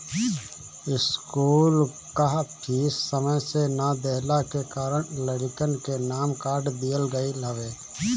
school कअ fees समय से ना देहला के कारण लइकन के नाम काट दिहल गईल हवे